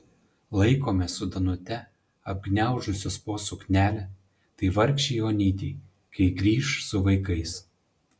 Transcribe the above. laikome su danute apgniaužusios po suknelę tai vargšei onytei kai grįš su vaikais